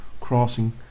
crossing